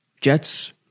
Jets